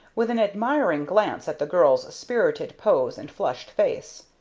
with an admiring glance at the girl's spirited pose and flushed face.